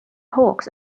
hawks